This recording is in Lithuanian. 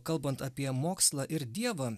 kalbant apie mokslą ir dievą